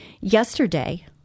Yesterday